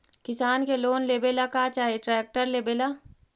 किसान के लोन लेबे ला का चाही ट्रैक्टर लेबे ला?